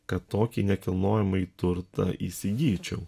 kad tokį nekilnojamąjį turtą įsigyčiau